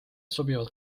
sobivad